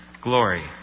glory